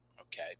Okay